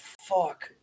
fuck